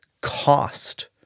cost